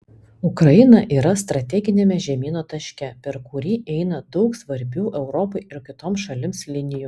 ukraina yra strateginiame žemyno taške per kurį eina daug svarbių europai ir kitoms šalims linijų